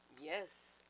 Yes